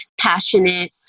passionate